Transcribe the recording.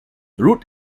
route